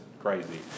crazy